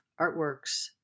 artworks